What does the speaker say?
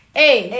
hey